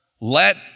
let